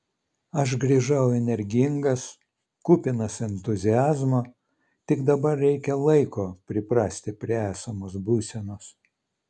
aš grįžau energingas kupinas entuziazmo tik dabar reikia laiko priprasti prie esamos būsenos